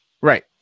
Right